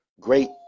Great